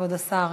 כבוד השר: